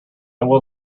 will